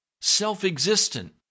Self-existent